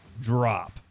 drop